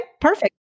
perfect